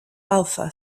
alpha